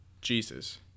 Jesus